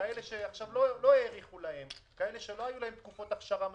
כאלה שלא היו להם תקופות אכשרה מספיקות,